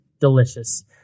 Delicious